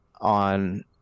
on